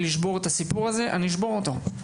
לשבור את הסיפור הזה אני אשבור אותו.